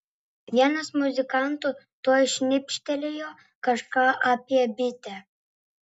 vienas muzikantų tuoj šnibžtelėjo kažką apie bitę